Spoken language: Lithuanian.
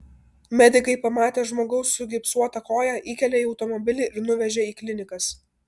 medikai pamatę žmogaus sugipsuotą koją įkėlė į automobilį ir nuvežė į klinikas